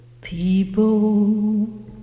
People